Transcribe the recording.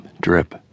drip